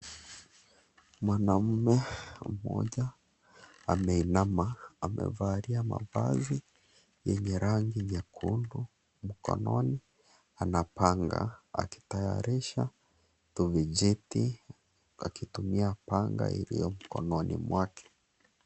Mwanaume mmoja ameinama, amevalia mavazi yenye rangi nyekundu mkononi, anapanga akitayarisha vijiti akitumia panga iliyo mkononi mwake.